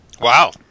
Wow